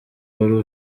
wari